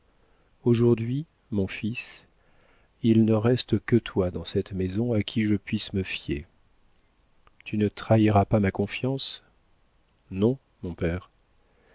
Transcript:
aujourd'hui mon fils il ne reste que toi dans cette maison à qui je puisse me fier tu ne trahiras pas ma confiance non mon père